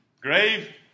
Grave